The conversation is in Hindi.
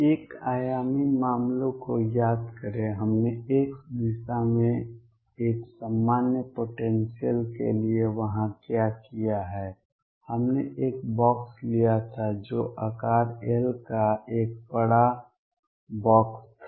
एक आयामी मामलों को याद करें हमने x दिशा में एक सामान्य पोटेंसियल के लिए वहां क्या किया है हमने एक बॉक्स लिया था जो आकार l का एक बड़ा बॉक्स था